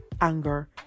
anger